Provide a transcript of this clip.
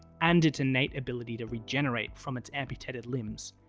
and its innate ability to regenerate from its amputated limbs,